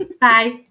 Bye